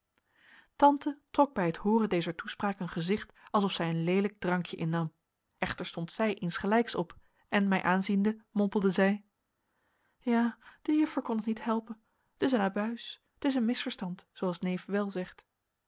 tante trok bij het hooren dezer toespraak een gezicht alsof zij een leelijk drankje innam echter stond zij insgelijks op en mij aanziende mompelde zij ja de juffer kon het niet helpen t is een abuis t is een misverstand zooals neef wèl zegt